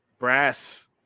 brass